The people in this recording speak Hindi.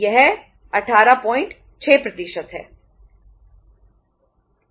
यह अनुपात 186 है